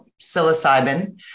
psilocybin